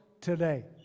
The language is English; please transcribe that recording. today